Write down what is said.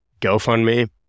GoFundMe